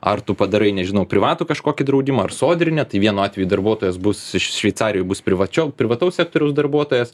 ar tu padarai nežinau privatų kažkokį draudimą ar sodrinę tai vienu atveju darbuotojas bus šveicarijoj bus privačio privataus sektoriaus darbuotojas